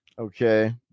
Okay